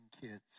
kids